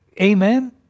Amen